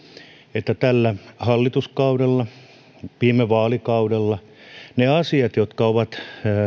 että tällä hallituskaudella ja viime vaalikaudella niihin asioihin jotka ovat